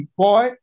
boy